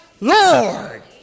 Lord